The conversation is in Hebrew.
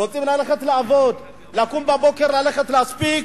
ורוצים ללכת לעבוד ולקום בבוקר וללכת ולהספיק,